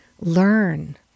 learn